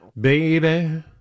Baby